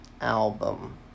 album